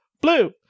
blue